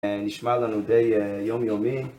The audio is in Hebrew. נשמע לנו די יומיומי.